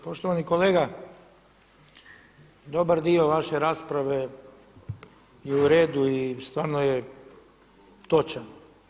Poštovani kolega, dobar dio vaše rasprave je u redu i stvarno je točan.